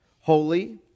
holy